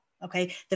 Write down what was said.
Okay